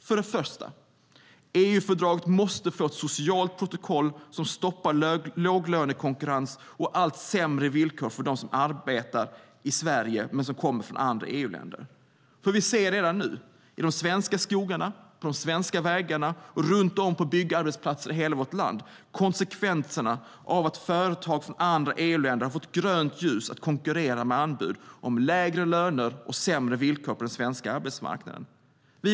För det första måste EU-fördraget få ett socialt protokoll som stoppar låglönekonkurrens och allt sämre villkor för dem som arbetar i Sverige och kommer från andra EU-länder. Vi ser redan nu i de svenska skogarna, på de svenska vägarna och på byggarbetsplatser i hela vårt land konsekvenserna av att företag från andra EU-länder har fått grönt ljus att på den svenska arbetsmarknaden konkurrera om anbud med lägre löner och sämre villkor.